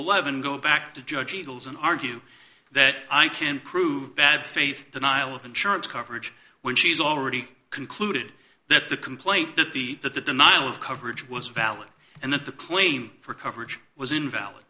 eleven go back to judge eagles and argue that i can prove bad faith denial of insurance coverage when she's already concluded that the complaint that the that the denial of coverage was valid and that the claim for coverage was invalid